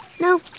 No